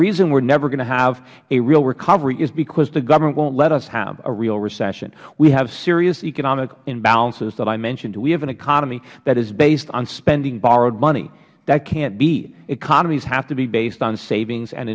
reason we are never going to have a real recovery is because the government won't let us have a real recession we have serious economic imbalances that i mentioned we have an economy that is based on spending borrowed money that can't be economies have to be based on savings